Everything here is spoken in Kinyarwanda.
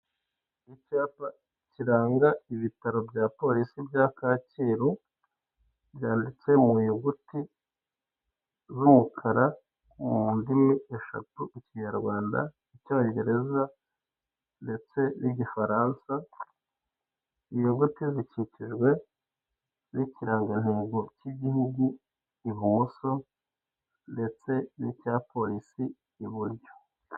Icyapa kiranga ibitaro bya polisi bya Kacyiru byanditse mu nyuguti z'umukara mu ndimi eshatu mu kinyarwanda, icyongereza ndetse n'igifaransa inyuguti zikikijwe n'ikirangantego k'igihugu ibumoso ndetse n'icya polisi iburyo.